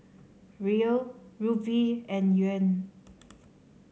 Riel Rupee and Yuan